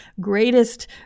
greatest